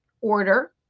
order